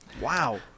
Wow